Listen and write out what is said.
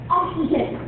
oxygen